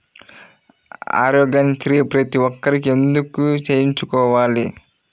ఆరోగ్యశ్రీ ప్రతి ఒక్కరూ ఎందుకు చేయించుకోవాలి?